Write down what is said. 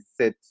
set